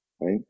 right